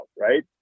right